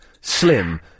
slim